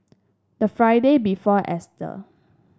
the Friday before Easter